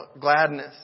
gladness